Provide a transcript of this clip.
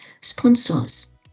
sponsors